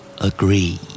Agree